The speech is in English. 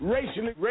Racially